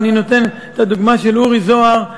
ואני נותן את הדוגמה של אורי